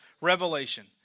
Revelation